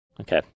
Okay